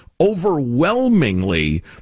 overwhelmingly